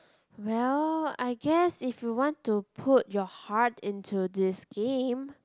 well I guess if you want to put your heart into this game